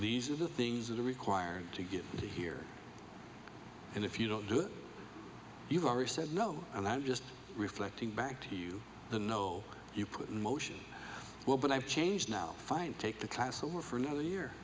these are the things that are required to get here and if you don't do it you've already said no and i'm just reflecting back to you the no you put in motion well but i've changed now fine take the class over for another year